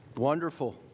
Wonderful